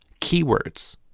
Keywords